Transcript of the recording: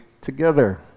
together